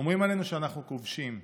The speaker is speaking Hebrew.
אומרים עלינו שאנחנו כובשים.